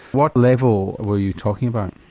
what level are you talking about?